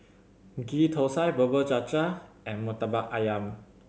Ghee Thosai Bubur Cha Cha and Murtabak Ayam